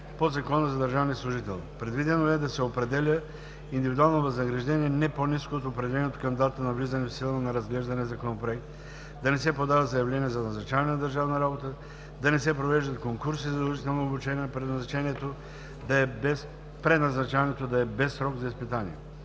по Закона за държавния служител. Предвидено е да се определя индивидуално възнаграждение, не по ниско от определеното към датата на влизане в сила на разглеждания законопроект, да не се подава заявление за назначаване на държавна служба, да не се провеждат конкурс и задължително обучение, преназначаването да е без срок за изпитване,